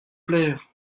plaire